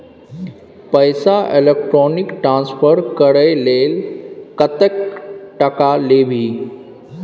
पैसा electronic transfer करय लेल कतेक टका लेबही